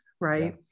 Right